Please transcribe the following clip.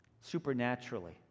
supernaturally